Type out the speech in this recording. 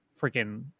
freaking